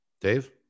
Dave